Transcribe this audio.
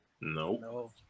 No